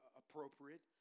appropriate